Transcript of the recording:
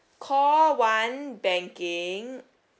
call one banking